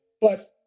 But-